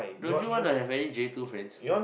don't you wanna have any J two friends